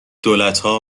دولتها